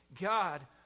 God